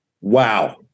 Wow